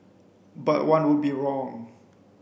but one would be wrong